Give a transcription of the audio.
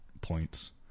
points